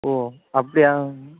ஓ அப்படியா